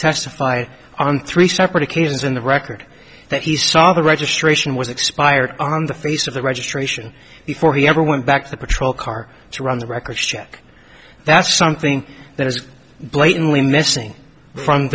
testify on three separate occasions in the record that he saw the registration was expired on the face of the registration before he ever went back to the patrol car to run the records check that's something that is blatantly missing from